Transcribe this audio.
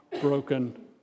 broken